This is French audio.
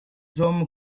hommes